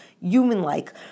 human-like